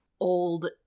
old